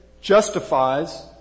justifies